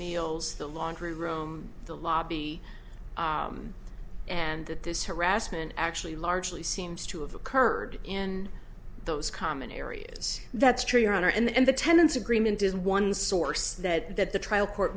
meals the laundry room the lobby and that this harassment actually largely seems to have occurred in those common areas that's true your honor and the tenants agreement is one source that that the trial court